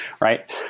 Right